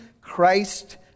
Christ